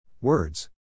Words